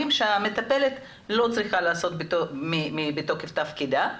שהמטפלת לא צריכה לעשות מתוקף תפקידה,